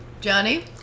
Johnny